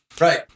Right